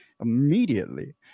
immediately